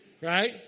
right